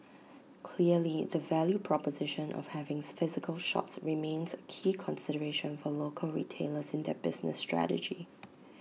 clearly the value proposition of having physical shops remains A key consideration for local retailers in their business strategy